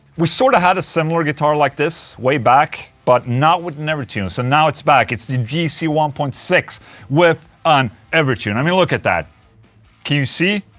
we sort of had a similar guitar like this way back, but not with an evertune so and now it's back, it's the gc one point six with an evertune, i mean look at that can you see?